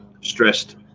stressed